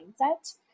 mindset